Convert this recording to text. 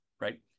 right